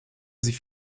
sie